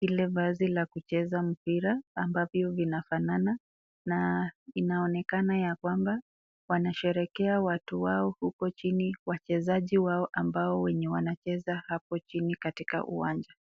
ile vazi ya kucheza mpira ambavyo vinafanana na inaonekana ya kwamba wanasherehekea watu wao huko chini wachezaji wao ambao wenye wanacheza hapo chini katika uwanja.